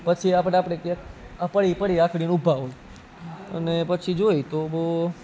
પછી આ આપણે આપણે ક્યાંક આ પડી પડી આખડીને ઊભા હોય અને પછી જોઈ તો